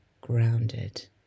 grounded